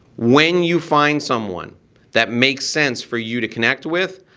when you find someone that makes sense for you to connect with,